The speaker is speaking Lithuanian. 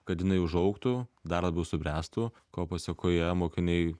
kad jinai užaugtų dar labiau subręstų ko pasekoje mokiniai